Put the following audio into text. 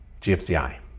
GFCI